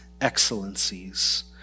excellencies